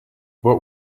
what